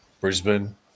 brisbane